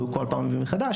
והוא בכל פעם מביא מחדש.